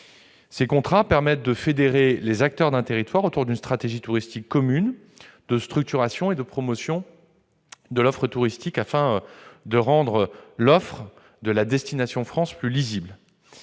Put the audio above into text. -, qui permettent de fédérer les acteurs d'un territoire autour d'une stratégie touristique commune de structuration et de promotion de l'offre touristique, afin de rendre l'offre de la destination France plus lisible.